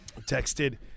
texted